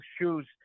shoes